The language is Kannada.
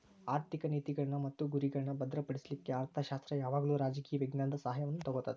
ಆರ್ಥಿಕ ನೇತಿಗಳ್ನ್ ಮತ್ತು ಗುರಿಗಳ್ನಾ ಭದ್ರಪಡಿಸ್ಲಿಕ್ಕೆ ಅರ್ಥಶಾಸ್ತ್ರ ಯಾವಾಗಲೂ ರಾಜಕೇಯ ವಿಜ್ಞಾನದ ಸಹಾಯವನ್ನು ತಗೊತದ